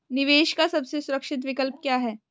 निवेश का सबसे सुरक्षित विकल्प क्या है?